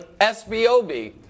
SBOB